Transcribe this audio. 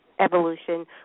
evolution